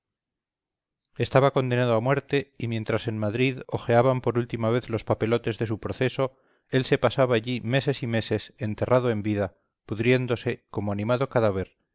estaba condenado a muerte y mientras en madrid hojeaban por última vez los papelotes de su proceso él se pasaba allí meses y meses enterrado en vida pudriéndose como animado cadáver